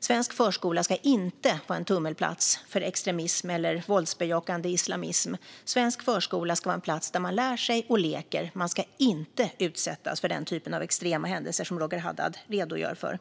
Svensk förskola ska inte vara en tummelplats för extremism eller våldsbejakande islamism. Svensk förskola ska vara en plats där man lär sig och leker. Man ska inte utsättas för den typen av extrema händelser som Roger Haddad redogör för.